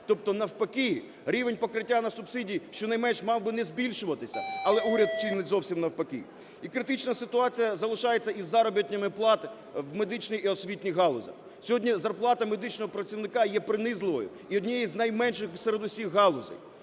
Тобто навпаки рівень покриття на субсидії щонайменш мав би не збільшуватися, але уряд чинить зовсім навпаки. І критична ситуація залишається із заробітними платами в медичній і освітній галузях. Сьогодні зарплата медичного представника є принизливою і однією з найменших серед усіх галузей.